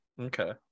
Okay